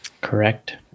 Correct